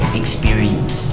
experience